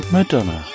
Madonna